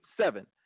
seven